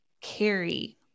carry